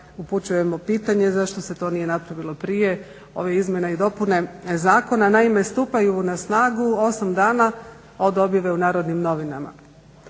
upućujemo pitanje zašto se to nije napravilo prije. Ove Izmjene i dopune Zakona naime stupaju na snagu 8 dana od objave u Narodnim novinama.